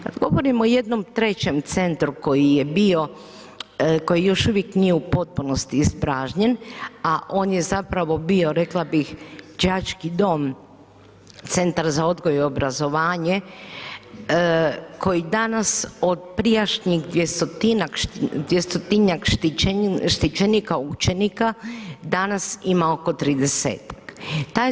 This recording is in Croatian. Kad govorimo o jednom trećem centru koji je bio, koji još uvijek nije u potpunosti ispražnjen, a on je zapravo bio, rekla bih đački dom Centar za odgoj i obrazovanje koji danas od prijašnjih 200-tinjak štićenika učenika, danas ima oko 30-tak.